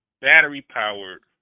battery-powered